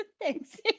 thanks